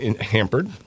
hampered